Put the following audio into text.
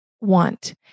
want